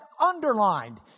underlined